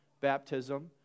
baptism